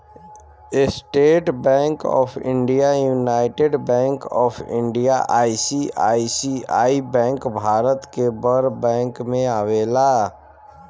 estate bank of India, united bank of India, ICICI bank Bharat के बड़ bank में आवेला